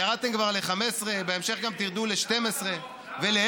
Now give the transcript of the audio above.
ירדתם כבר ל-15, ובהמשך תרדו גם ל-12 ול-10.